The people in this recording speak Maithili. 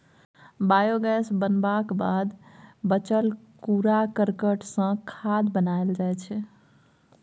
बायोगैस बनबाक बाद बचल कुरा करकट सँ खाद बनाएल जाइ छै